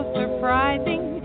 surprising